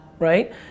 Right